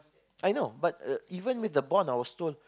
I know but uh even with the bond I was told